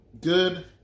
Good